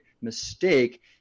mistake